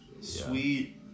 Sweet